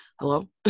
hello